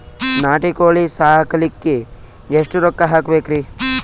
ನಾಟಿ ಕೋಳೀ ಸಾಕಲಿಕ್ಕಿ ಎಷ್ಟ ರೊಕ್ಕ ಹಾಕಬೇಕ್ರಿ?